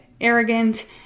arrogant